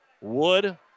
Wood